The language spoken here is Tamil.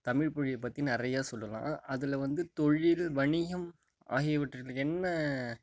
தமிழ் மொழியை பற்றி நிறையா சொல்லலாம் அதில் வந்து தொழில் வணிகம் ஆகியவற்றுடன் என்ன